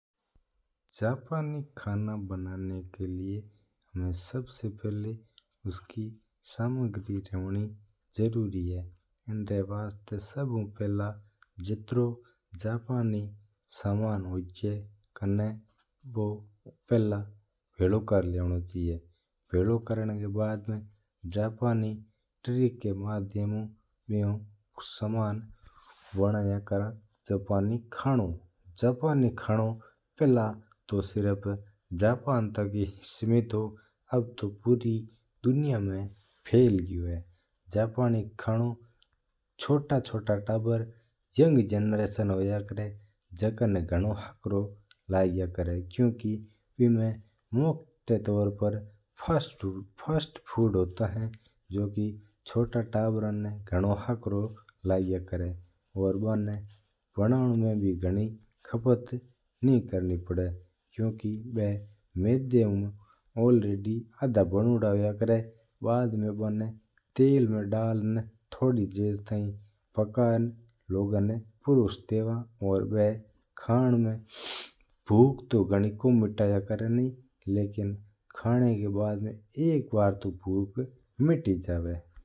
जापानी खाना बनाने का लिया हमा सबसे पहला उसकी सामग्री हूवनी जरूरी है। इन्रा वास्ता सबू पहला जित्रो भी सामान चाहवो बू हुवा जाण ही कम चाल्या। पछ जापानी ट्रिक ऊ बनाया करा हा जापानी खानो जापानी खानो पहली जापान तक ही अमिट हो अब पूरी दुनिया में फेलो गियो है। जापानी खानो छोटा-छोटा ताब्पर्रा ना घणो ही हकरो लग्या करा है। क्यूंकि बन्नमा घणो ही फास्ट फूड हुवा है इन वास्ता ताबर्रा ना बू घणो ही चाको लागी है।